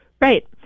Right